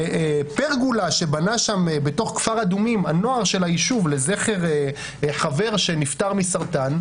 פרגולה שבנה שם בתוך כפר אדומים הנוער של היישוב לזכר חבר שנפטר מסרטן,